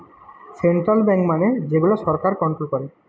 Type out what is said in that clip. central bank মানে যে গুলা সরকার কন্ট্রোল করে